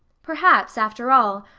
perhaps, after all,